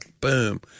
boom